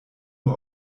nur